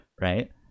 right